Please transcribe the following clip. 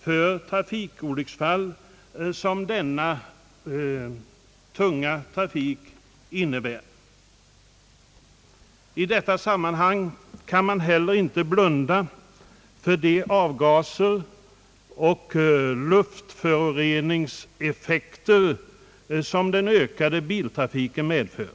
för trafikolycksfall som denna tunga trafik innebär. I detta sammanhang kan man inte heller blunda för de avgaser och luftföroreningseffekter som den ökade biltrafiken medför.